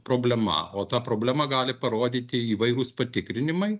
problema o tą problemą gali parodyti įvairūs patikrinimai